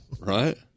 right